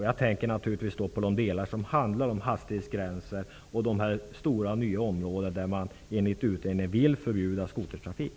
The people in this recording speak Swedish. Jag tänker naturligtvis då på de delar som handlar om hastighetsgränser och de stora nya områden där man enligt utredningen skulle förbjuda skotertrafik.